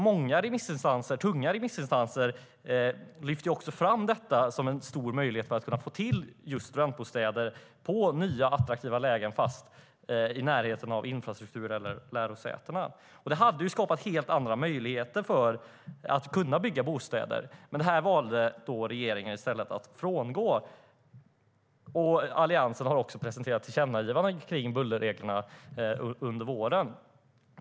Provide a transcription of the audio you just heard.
Många remissinstanser, tunga remissinstanser, lyfte fram detta som en stor möjlighet för att få till studentbostäder i nya attraktiva lägen i närheten av infrastruktur eller lärosäten. Det hade skapat helt andra möjligheter att bygga bostäder. Men det här valde regeringen att frångå. Alliansen har också presenterat tillkännagivanden om bullerreglerna under våren.